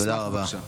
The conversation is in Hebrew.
תודה רבה.